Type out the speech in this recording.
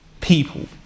people